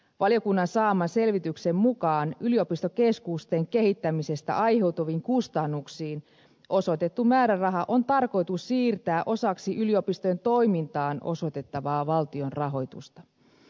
valiokunnan saaman selvityksen mukaan yliopistokeskusten kehittämisestä aiheutuviin kustannuksiin osoitettu määräraha on tarkoitus siirtää osaksi yliopistojen toimintaan osoitettavaa valtion rahoitusta